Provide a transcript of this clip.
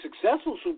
successful